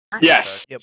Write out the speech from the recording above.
Yes